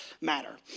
matter